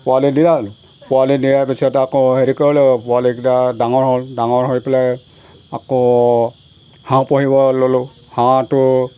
পোৱালি দিয়া পোৱালি দিয়াৰ পিছত আকৌ হেৰি কৰি ল পোৱালিকেইটা ডাঙৰ হ'ল ডাঙৰ হৈ পেলাই আকৌ হাঁহ পুহিব ল'লোঁ হাঁহটো